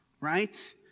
right